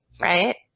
right